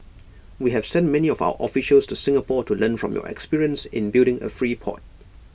we have sent many of our officials to Singapore to learn from your experience in building A free port